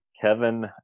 Kevin